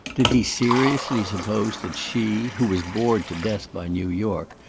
did he seriously suppose that she, who was bored to death by new york,